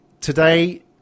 Today